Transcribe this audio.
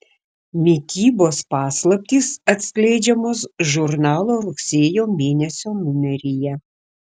mitybos paslaptys atskleidžiamos žurnalo rugsėjo mėnesio numeryje